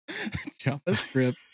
JavaScript